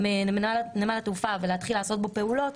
מנמל התעופה ולהתחיל לעשות בו פעולות,